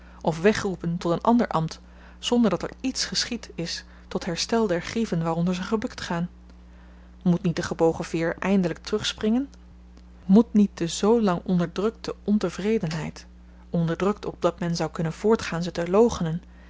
of wegroepen tot een ander ambt zonder dat er iets geschied is tot herstel der grieven waaronder ze gebukt gaat moet niet de gebogen veer eindelyk terugspringen moet niet de zoolang onderdrukte ontevredenheid onderdrukt opdat men zou kunnen voortgaan ze te